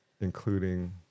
Including